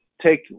take